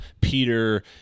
Peter